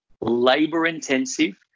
labor-intensive